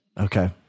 Okay